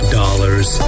dollars